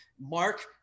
Mark